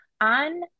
on